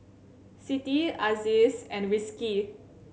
Siti Aziz and Rizqi